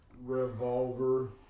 Revolver